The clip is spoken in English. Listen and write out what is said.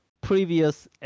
previous